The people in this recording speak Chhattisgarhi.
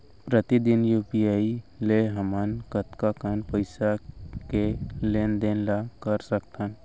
प्रतिदन यू.पी.आई ले हमन कतका कन पइसा के लेन देन ल कर सकथन?